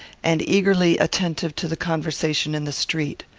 and eagerly attentive to the conversation in the street.